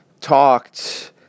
talked